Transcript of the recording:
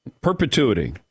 Perpetuity